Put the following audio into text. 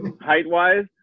height-wise